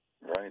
right